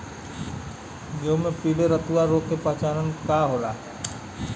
गेहूँ में पिले रतुआ रोग के पहचान का होखेला?